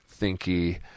thinky